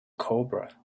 cobra